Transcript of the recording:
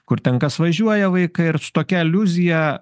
kur ten kas važiuoja vaikai ir su tokia aliuzija